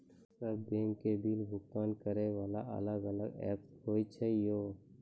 सब बैंक के बिल भुगतान करे वाला अलग अलग ऐप्स होय छै यो?